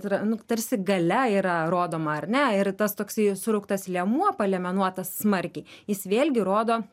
yra nu tarsi galia yra rodoma ar ne ir tas toksai surauktas liemuo paliemenuotas smarkiai jis vėlgi rodo